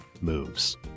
moves